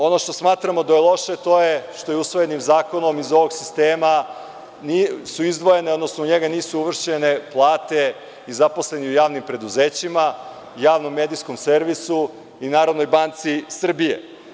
Ono što smatramo da je loše jeste što usvojenim zakonom iz ovog sistema nisu uvršćene plate zaposlenih u javnim preduzećima, javnom medijskom servisu i Narodne banke Srbije.